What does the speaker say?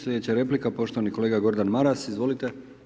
Slijedeća replika poštovani kolega Gordan Maras, izvolite.